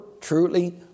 truly